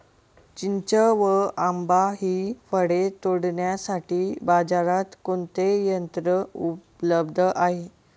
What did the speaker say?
चिंच व आंबा हि फळे तोडण्यासाठी बाजारात कोणते यंत्र उपलब्ध आहे?